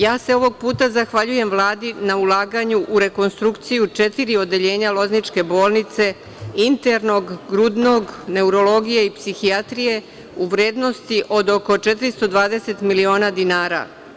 Ja se ovog puta zahvaljujem Vladi na ulaganju u rekonstrukciju četiri odeljenja Lozničke bolnice internog, grudnog, neurologije i psihijatrije u vrednosti od oko 420 miliona dinara.